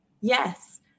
Yes